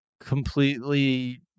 completely